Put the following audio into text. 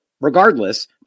regardless